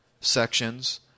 sections